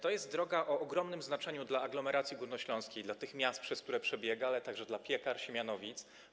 To jest droga o ogromnym znaczeniu dla aglomeracji górnośląskiej, dla tych miast, przez które przebiega, ale także dla Piekar, Siemianowic.